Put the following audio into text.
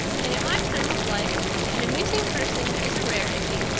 and at my time of life an amusing person is a rarity.